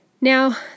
Now